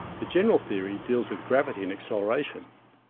the general theory deals with gravity and acceleration.